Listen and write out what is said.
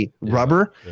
Rubber